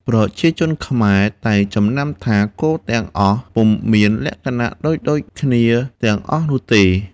ប្រជាជនខ្មែរតែងចំណាំថា គោទាំងអស់ពុំមានលក្ខណៈដូចៗ គ្នាទាំងអស់នោះទេ។